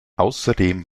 außerdem